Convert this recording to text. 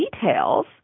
details